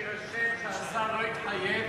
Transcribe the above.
אני מבקש שיירשם שהשר לא התחייב,